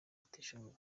batishoboye